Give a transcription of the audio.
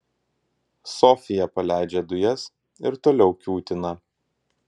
sofija paleidžia dujas ir toliau kiūtina